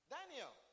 Daniel